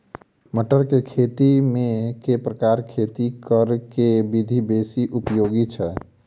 मटर केँ खेती मे केँ प्रकार केँ खेती करऽ केँ विधि बेसी उपयोगी छै?